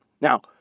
Now